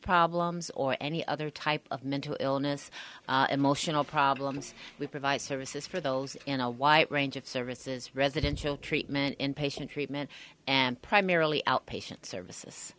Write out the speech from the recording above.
problems or any other type of mental illness emotional problems we provide services for those in a wide range of services residential treatment inpatient treatment and primarily outpatient services